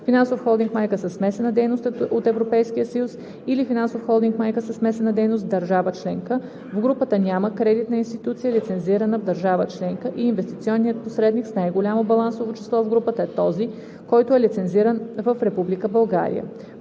финансов холдинг майка със смесена дейност от Европейския съюз или финансов холдинг майка със смесена дейност в държава членка, в групата няма кредитна институция, лицензирана в държава членка, и инвестиционният посредник с най-голямо балансово число в групата е този, който е лицензиран в Република